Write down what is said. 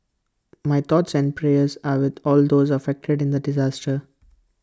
my thoughts and prayers are with all those affected in the disaster